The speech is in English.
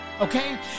okay